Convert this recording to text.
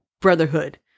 brotherhood